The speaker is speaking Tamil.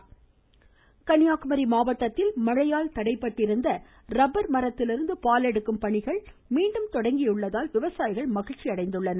கன்னியாகுமரி வாய்ஸ் கன்னியாகுமரி மாவட்டத்தில் மழையால் தடைபட்டிருந்த ரப்பர் மரத்திலிருந்து பால் எடுக்கும் பணிகள் மீண்டும் தொடங்கியுள்ளதால் விவசாயிகள் மகிழ்ச்சி அடைந்துள்ளனர்